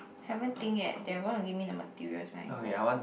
haven't think yet they are gonna give me the materials when I go